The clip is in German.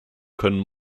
können